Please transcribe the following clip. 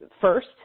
first